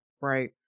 Right